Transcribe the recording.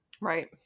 Right